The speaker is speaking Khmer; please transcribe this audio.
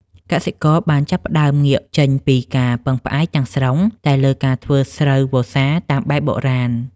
កសិករបានចាប់ផ្ដើមងាកចេញពីការពឹងផ្អែកទាំងស្រុងតែលើការធ្វើស្រូវវស្សាតាមបែបបុរាណ។